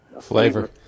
flavor